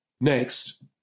Next